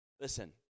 Listen